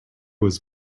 was